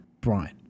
Brian